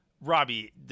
Robbie